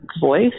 voice